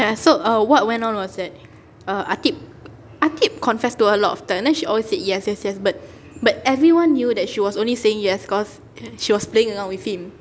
ya so err what went on was that err ateeb ateeb confessed to her a lot of times then she always said yes yes yes but but everyone knew that she was only saying yes cause she was playing around with him